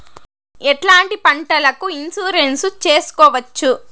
ఎట్లాంటి పంటలకు ఇన్సూరెన్సు చేసుకోవచ్చు?